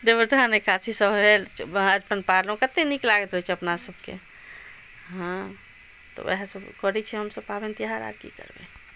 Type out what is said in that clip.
देबउठान एकादशी सब भेल अरिपन पारलहुॅं कते नीक लागैत रहै छै अपना सबके हँ त वएह सब करै छियै हमसब पाबनि तिहार आओर की करबै